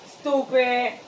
Stupid